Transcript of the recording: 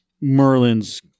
Merlin's